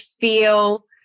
feel